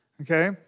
okay